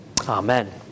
Amen